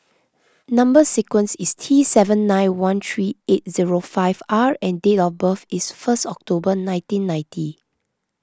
Number Sequence is T seven nine one three eight zero five R and date of birth is first October nineteen ninety